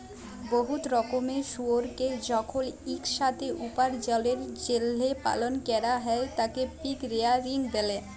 বহুত রকমের শুয়রকে যখল ইকসাথে উপার্জলের জ্যলহে পালল ক্যরা হ্যয় তাকে পিগ রেয়ারিং ব্যলে